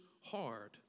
hard